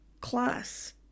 class